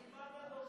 רשימת הדוברים